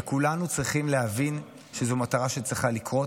וכולנו צריכים להבין שזו מטרה שצריכה לקרות,